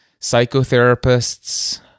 psychotherapists